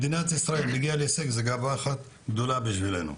כל אדם ממדינת ישראל שמגיע להישג זו גאווה אחת גדולה בשבילנו.